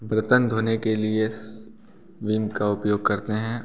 बर्तन धोने के लिए विम का उपयोग करते हैं